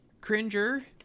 Cringer